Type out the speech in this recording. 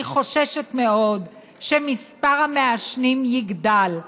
אני חוששת מאוד שמספר המעשנים יגדל,